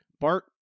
Bart